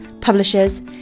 publishers